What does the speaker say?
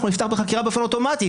אנחנו נפתח בחקירה באופן אוטומטי.